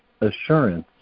Assurance